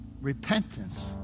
Repentance